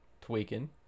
tweaking